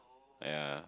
ya